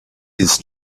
his